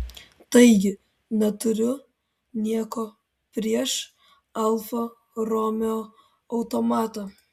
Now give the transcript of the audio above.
taigi neturiu nieko prieš alfa romeo automatą